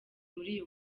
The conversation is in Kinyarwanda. muri